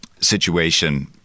situation